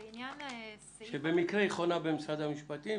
היא במקרה חונה במשרד המשפטים.